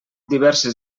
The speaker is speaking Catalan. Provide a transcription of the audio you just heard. diverses